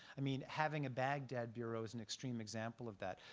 i mean having a baghdad bureau is an extreme example of that.